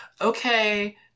okay